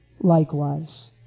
likewise